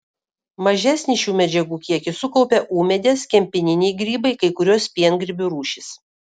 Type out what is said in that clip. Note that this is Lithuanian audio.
mažesnį šių medžiagų kiekį sukaupia ūmėdės kempininiai grybai kai kurios piengrybių rūšys